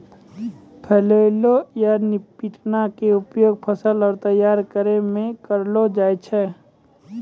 flail या पिटना के उपयोग फसल तैयार करै मॅ करलो जाय छै